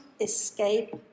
escape